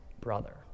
brother